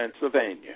Pennsylvania